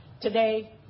Today